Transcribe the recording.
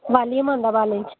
बल नी पौंदा बालें च